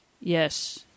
Yes